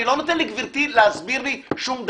אני לא נותן לגברתי להסביר לי שום דבר.